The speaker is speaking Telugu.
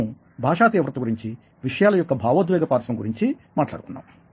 మనం భాషా తీవ్రత గురించి విషయాల యొక్క భావోద్వేగ పార్శ్వం గురించి మాట్లాడుకుంటున్నాం